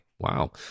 wow